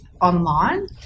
online